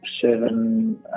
Seven